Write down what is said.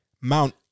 Mount